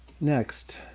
Next